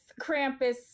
Krampus